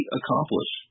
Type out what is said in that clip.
accomplish